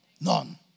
none